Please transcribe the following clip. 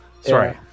Sorry